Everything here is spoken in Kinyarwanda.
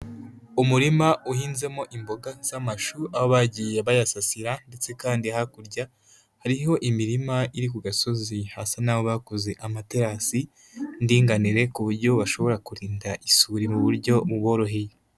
Umurima uhinzemo imboga z'amashu, aho bagiye bayasasira ndetse kandi hakurya hariho imirima iri ku gasozi hasa n'aho bakoze amaterasi y'indinganire ku buryo bashobora kurinda isuri mu buryo buboroheye.